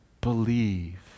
believe